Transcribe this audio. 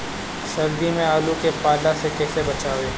सर्दी में आलू के पाला से कैसे बचावें?